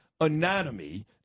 anatomy